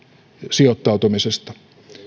sijoittautumisesta